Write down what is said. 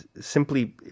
simply